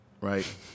right